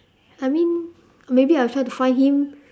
I mean maybe I will try to find him